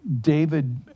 David